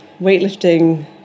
weightlifting